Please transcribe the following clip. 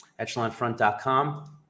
Echelonfront.com